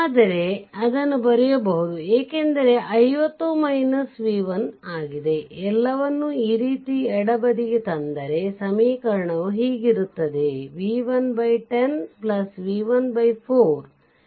ಆದರೆ ಅದನ್ನು ಬರೆಯಬಹುದು ಏಕೆಂದರೆ ಅದು 50 v1 ಆಗಿದೆ ಎಲ್ಲವನ್ನು ಈ ರೀತಿ ಎಡ ಬದಿಗೆ ತಂದರೆ ಸಮೀಕರಣವು ಹೀಗಿರುತ್ತದೆ v1 10 v1 4